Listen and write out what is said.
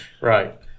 Right